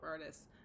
artists